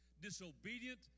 disobedient